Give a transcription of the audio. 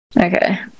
okay